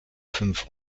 fünf